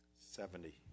Seventy